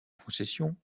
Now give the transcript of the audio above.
concessions